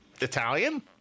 Italian